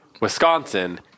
Wisconsin